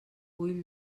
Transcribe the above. vull